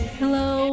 hello